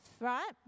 right